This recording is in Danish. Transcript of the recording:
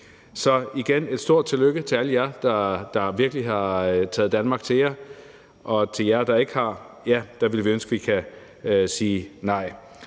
Så igen et stort tillykke til alle jer, der virkelig har taget Danmark til sig. Og til jer, der ikke har, ville vi ønske, at vi kunne sige nej.